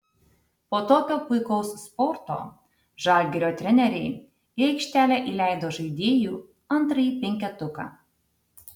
po tokio puikaus spurto žalgirio treneriai į aikštelę įleido žaidėjų antrąjį penketuką